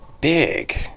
big